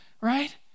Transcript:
right